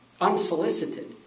unsolicited